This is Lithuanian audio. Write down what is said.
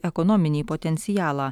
ekonominį potencialą